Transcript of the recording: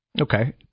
Okay